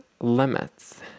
limits